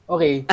Okay